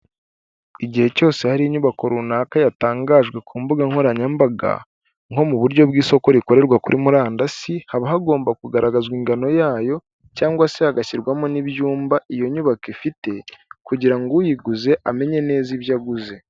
Igihe cyose hari inyubako runaka yatangajwe ku mbuga nkoranyambaga, nko mu buryo bw'isoko rikorerwa kuri murandasi, haba hagomba kugaragazwa ingano yayo, cyangwa se hagashyirwamo n'ibyumba iyo nyubako ifite, kugira ngo uyiguze amenye neza ibyo aguze.